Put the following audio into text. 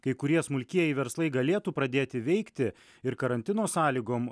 kai kurie smulkieji verslai galėtų pradėti veikti ir karantino sąlygom